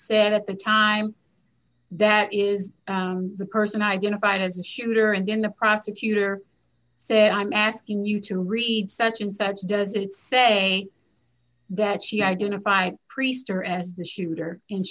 said at the time that is the person identified as the shooter and then the prosecutor said i'm asking you to read such and such does it say that she identified priester as the shooter and